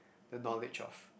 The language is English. the knowledge of